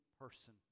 person